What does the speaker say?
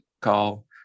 call